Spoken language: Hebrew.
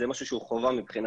זה משהו שהוא חובה מבחינתנו.